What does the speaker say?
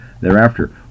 thereafter